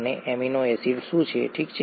અને amino acid શું છે ઠીક છે